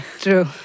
true